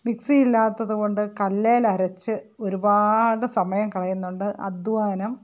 mixie ഇല്ലാത്തത് കൊണ്ട് കല്ലിൽ അരച്ച് ഒരുപാട് സമയം കളയുന്നുണ്ട് അധ്വാനം